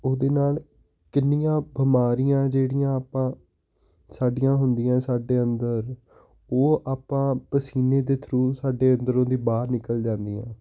ਉਹਦੇ ਨਾਲ ਕਿੰਨੀਆਂ ਬਿਮਾਰੀਆਂ ਜਿਹੜੀਆਂ ਆਪਾਂ ਸਾਡੀਆਂ ਹੁੰਦੀਆਂ ਸਾਡੇ ਅੰਦਰ ਉਹ ਆਪਾਂ ਪਸੀਨੇ ਦੇ ਥਰੂ ਸਾਡੇ ਅੰਦਰੋਂ ਦੀ ਬਾਹਰ ਨਿਕਲ ਜਾਂਦੀਆਂ